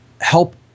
help